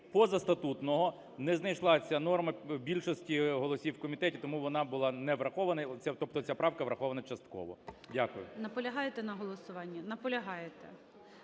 позастатутного, не знайшла ця норма більшості голосів в комітеті, тому вона була не врахована, тобто ця правка врахована частково. Дякую.